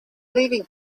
leaving